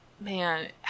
Man